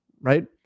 right